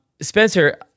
Spencer